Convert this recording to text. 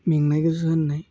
मेंनाय गोसो होन्नाय